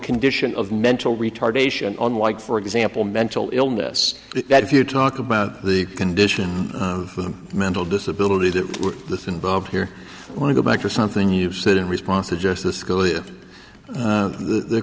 condition of mental retardation on like for example mental illness that if you talk about the condition with mental disability that the involved here want to go back to something you've said in response to just the